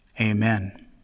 Amen